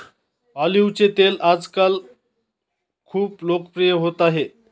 ऑलिव्हचे तेल आजकाल खूप लोकप्रिय होत आहे